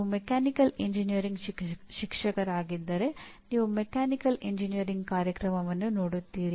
ನೀವು mechanical engineering ಶಿಕ್ಷಕರಾಗಿದ್ದರೆ ನೀವು ಮೆಕ್ಯಾನಿಕಲ್ ಎಂಜಿನಿಯರಿಂಗ್ ಕಾರ್ಯಕ್ರಮವನ್ನು ನೋಡುತ್ತೀರಿ